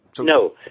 No